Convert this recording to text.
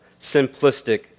simplistic